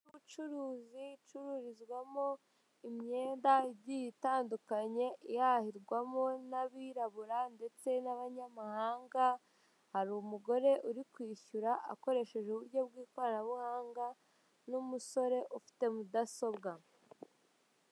Ubucuruzi icururizwamo imyenda itandukanye ihahirwamo n'abirabura, ndetse n'abanyamahanga, hari umugore uri kwishyura akoresheje uburyo bw'ikoranabuhanga n'umusore ufite mudasobwa.